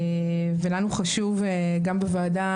לנו חשוב גם בוועדה,